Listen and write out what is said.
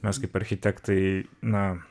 mes kaip architektai na